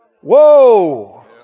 whoa